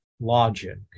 logic